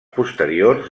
posteriors